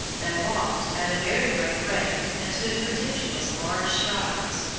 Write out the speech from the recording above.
they walked at a very great rate and took prodigious large strides.